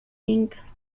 incas